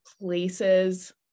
places